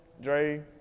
Dre